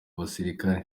abasirikare